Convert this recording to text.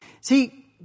See